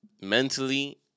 mentally